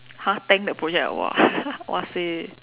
!huh! tank the project ah !wah! !wahseh!